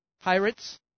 pirates